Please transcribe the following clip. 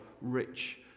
rich